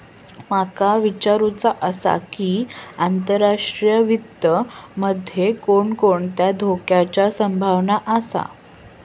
माका विचारुचा आसा की, आंतरराष्ट्रीय वित्त मध्ये कोणकोणत्या धोक्याची संभावना आसा?